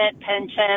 pension